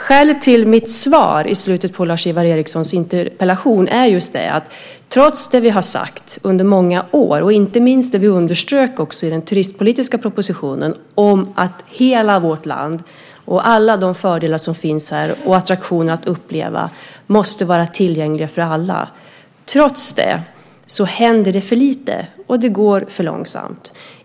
Skälet till det som står i slutet på mitt svar på Lars-Ivar Ericsons interpellation är att trots det vi har sagt under många år, och inte minst det vi också underströk i den turistpolitiska propositionen, att hela vårt land och alla de fördelar som finns här och attraktioner att uppleva måste vara tillgängliga för alla, händer det för lite, och det går för långsamt.